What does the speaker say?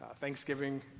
Thanksgiving